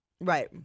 Right